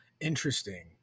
Interesting